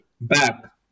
back